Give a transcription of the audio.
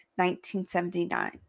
1979